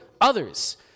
others